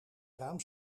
raam